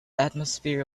atmosphere